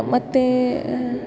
ಮತ್ತೆ